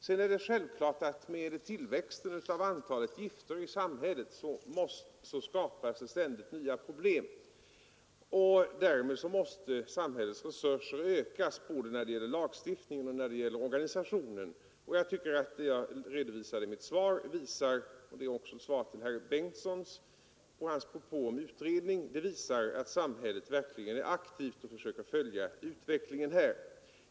Sedan är det självklart att i och med tillväxten av antalet gifter i samhället skapas det ständigt nya problem, och därmed måste samhällets resurser ökas både när det gäller lagstiftningen och när det gäller organisationen. Jag tycker att det jag anfört i mitt svar visar — det är också ett svar på herr Bengtssons i Göteborg propå om utredning — att samhället verkligen är aktivt och försöker följa utvecklingen här.